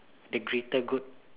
the greater good